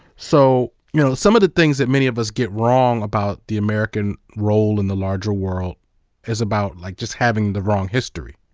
so, you know some of the things that many of us get wrong about the american role in the larger world is about like just having the wrong history.